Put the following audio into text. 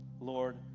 Lord